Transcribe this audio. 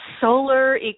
solar